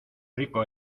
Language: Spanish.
rico